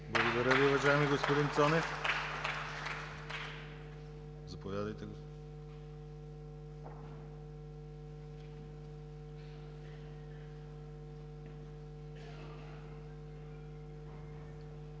Благодаря Ви, уважаеми господин Цонев. Заповядайте.